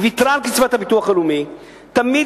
היא ויתרה על קצבת הביטוח הלאומי: תמיד